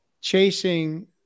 chasing